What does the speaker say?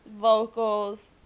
vocals